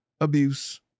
abuse